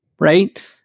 right